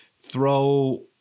throw